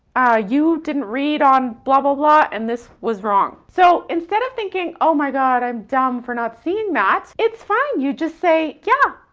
you didn't read on blah blah blah, and this was wrong. so instead of thinking, oh my god, i'm dumb for not seeing that, it's fine. you just say, yeah,